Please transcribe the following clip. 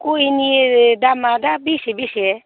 गयनि दामआ दा बेसे बेसे